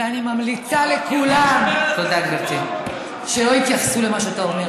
ואני ממליצה לכולם שלא יתייחסו למה שאתה אומר,